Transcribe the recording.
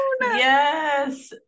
Yes